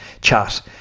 chat